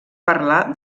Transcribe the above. parlar